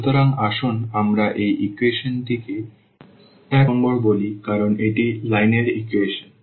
সুতরাং আসুন আমরা এই ইকুয়েশনটিকে 1 নম্বর বলি কারণ এটি লাইনের ইকুয়েশন